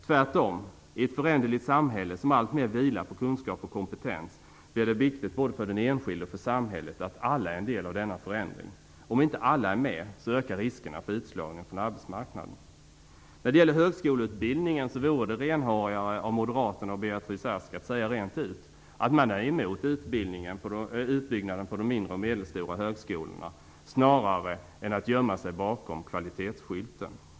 Tvärtom: I ett föränderligt samhälle som alltmer vilar på kunskap och kompetens blir det viktigt både för den enskilde och för samhället att alla är en del av denna förändring. Om inte alla är med ökar riskerna för utslagning från arbetsmarknaden. När det gäller högskoleutbyggnaden vore det renhårigare av moderaterna och Beatrice Ask att säga rent ut att man är emot utbyggnaden av de mindre och medelstora högskolorna snarare än att gömma sig bakom kvalitetsskylten.